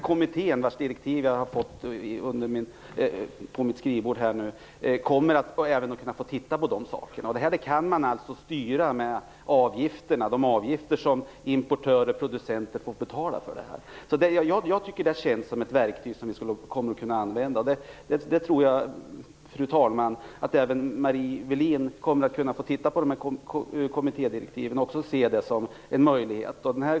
Kommittén, vars direktiv jag nu har fått på mitt skrivbord, kommer att kunna få se över även de sakerna. Detta kan man alltså styra med de avgifter som importörer och producenter får betala. Jag tycker att det känns som ett verktyg som vi kommer att kunna använda. Jag tror, fru talman, att även Marie Wilén när hon tittar på kommittédirektiven kommer att se det som en möjlighet.